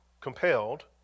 compelled